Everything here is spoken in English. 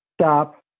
Stop